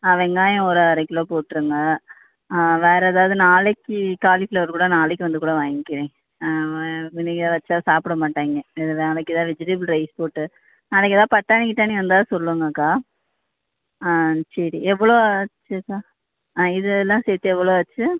ஆ வெங்காயம் ஒரு அரை கிலோ போட்டிருங்க வேறு ஏதாவது நாளைக்கு காலிஃப்ளவர் கூட நாளைக்கு வந்து கூட வாங்கிக்கிறேன் இன்னைக்கு அதை வைச்சா சாப்பிட மாட்டாங்க நாளைக்கு ஏதாவது வெஜிடபிள் ரைஸ் போட்டு நாளைக்கு ஏதாவது பட்டாணி கிட்டாணி வந்தால் சொல்லுங்கக்கா ஆ சரி எவ்வளோ ஆச்சுக்கா ஆ இதெல்லாம் சேர்த்து எவ்வளோ ஆச்சு